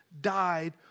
died